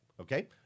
Okay